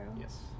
Yes